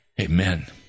Amen